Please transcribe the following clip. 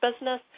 business